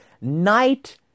night